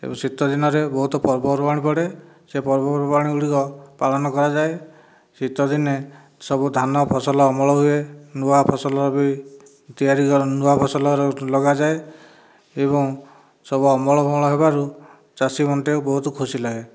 ଏବଂ ଶୀତ ଦିନରେ ବହୁତ ପର୍ବପର୍ବାଣି ପଡ଼େ ସେ ପର୍ବପର୍ବାଣି ଗୁଡ଼ିକ ପାଳନ କରାଯାଏ ଶୀତଦିନେ ସବୁ ଧାନ ଫସଲ ଅମଳ ହୁଏ ନୂଆ ଫସଲ ବି ତିଆରି ନୂଆ ଫସଲର ବି ଲଗାଯାଏ ଏବଂ ସବୁ ଅମଳ ଫମଳ ହେବାରୁ ଚାଷୀ ମନ ଟିକିଏ ବହୁତ ଖୁସି ଲାଗେ